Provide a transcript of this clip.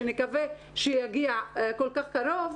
שנקווה שיגיע כל כך קרוב,